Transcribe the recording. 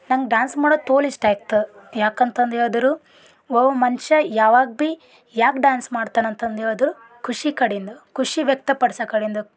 ನನಗೆ ಡಾನ್ಸ್ ಮಾಡೋದು ತೋಲು ಇಷ್ಟ ಇತ್ತು ಯಾಕಂತಂದು ಹೇಳದ್ರೆ ಓವ್ ಮನುಷ್ಯ ಯಾವಾಗ ಭಿ ಯಾಕೆ ಡಾನ್ಸ್ ಮಾಡ್ತಾನಂತಂದು ಹೇಳದ್ರೆ ಖುಷಿ ಕಡಿಂದು ಖುಷಿ ವ್ಯಕ್ತಪಡಿಸೋ ಕಡಿಂದು